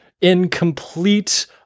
incomplete